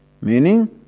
Meaning